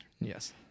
Yes